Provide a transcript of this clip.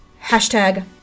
Hashtag